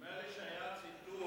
נדמה לי שהיה ציטוט